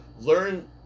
learn